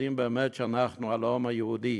יודעים באמת שאנחנו הלאום היהודי.